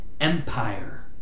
empire